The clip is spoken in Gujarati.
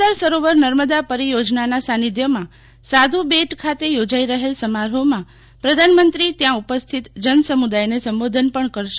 સરદાર સરોવર નર્મદા પરિયોજનાના સાનિધ્યમાં સાધુબેટ ખાતે યોજાઈ રહલ સમારંભમાં પ્રધાનમંત્રી ત્યાં ઉપસ્થિત જન સમુદાયને સંબોધન પણ કરશે